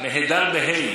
עוד שנייה.